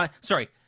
Sorry